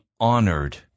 honored